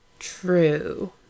True